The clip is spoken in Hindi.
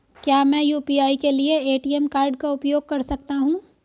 क्या मैं यू.पी.आई के लिए ए.टी.एम कार्ड का उपयोग कर सकता हूँ?